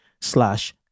slash